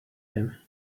him